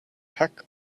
peck